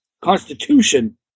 Constitution